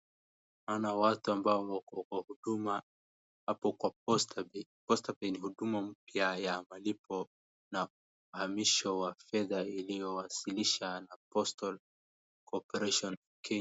Naona watu ambao wako kwa huduma hapo kwa postapay . Postapay ni huduma mpya ya malipo na uhamisho wa fedha iliyowasilishwa na Postal Corporation Kenya .